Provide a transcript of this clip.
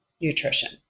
nutrition